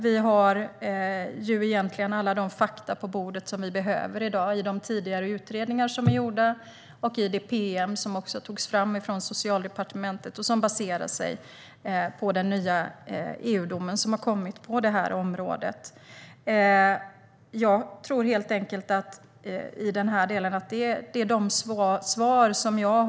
Vi har egentligen alla fakta på bordet som vi behöver i dag - i de tidigare utredningar som gjorts och i det pm som tagits fram av Socialdepartementet och som baserar sig på den nya EU-dom som kommit på detta område. Detta är de svar jag har att ge i den här delen i dag.